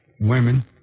women